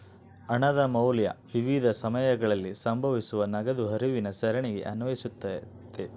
ಹಣದ ಮೌಲ್ಯ ವಿವಿಧ ಸಮಯಗಳಲ್ಲಿ ಸಂಭವಿಸುವ ನಗದು ಹರಿವಿನ ಸರಣಿಗೆ ಅನ್ವಯಿಸ್ತತೆ